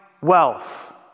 wealth